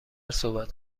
صحبت